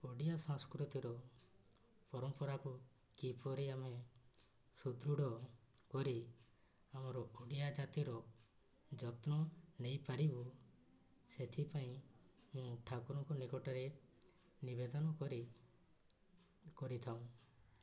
ଓଡ଼ିଆ ସଂସ୍କୃତିର ପରମ୍ପରାକୁ କିପରି ଆମେ ସୁଦୃଢ଼ କରି ଆମର ଓଡ଼ିଆ ଜାତିର ଯତ୍ନ ନେଇପାରିବୁ ସେଥିପାଇଁ ମୁଁ ଠାକୁରଙ୍କୁ ନିକଟରେ ନିବେଦନ କରି କରିଥାଉ